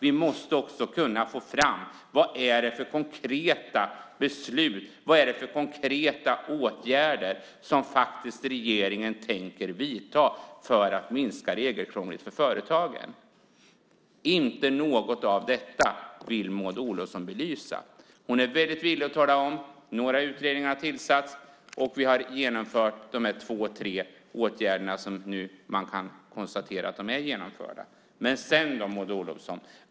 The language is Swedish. Vi måste också kunna få veta vad det är för konkreta beslut, konkreta åtgärder, som regeringen faktiskt tänker genomföra för att minska regelkrånglet för företagen. Inget av detta vill Maud Olofsson belysa. Hon är väldigt villig att tala om att några utredningar har tillsatts och att två tre åtgärder har genomförts, och man kan nu konstatera att de är genomförda. Men sedan då, Maud Olofsson?